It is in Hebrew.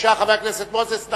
חבר הכנסת מוזס,